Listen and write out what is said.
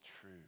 true